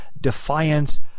defiance